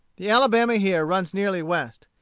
the alabama here runs nearly west.